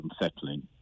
unsettling